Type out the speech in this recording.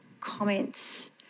comments